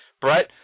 Brett